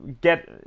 get